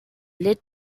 lit